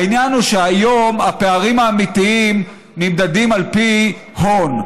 העניין הוא שהיום הפערים האמיתיים נמדדים על פי הון,